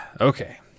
Okay